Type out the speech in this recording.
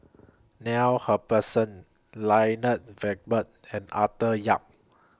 Neil Humphreys Lloyd Valberg and Arthur Yap